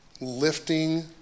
Lifting